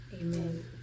amen